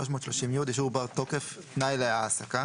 אישור בר-תוקף - תנאי להעסקה